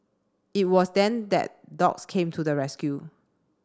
it was then that dogs came to the rescue